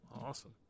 Awesome